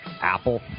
Apple